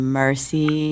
mercy